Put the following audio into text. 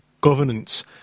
governance